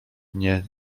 nie